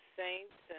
saints